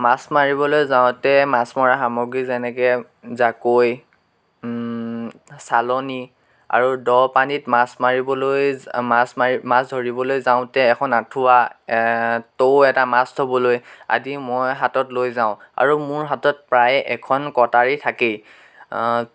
মাছ মাৰিবলৈ যাওঁতে মাছ মৰা সামগ্ৰী যেনেকৈ জাকৈ চালনি আৰু দ পানীত মাছ মাৰিবলৈ মাছ মাৰি মাছ ধৰিবলৈ যাওঁতে এখন আঁঠুৱা টৌ এটা মাছ থ'বলৈ আদি মই হাতত লৈ যাওঁ আৰু মোৰ হাতত প্ৰায় এখন কটাৰী থাকেই